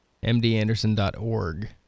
mdanderson.org